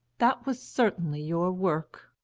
that was certainly your work.